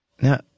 Now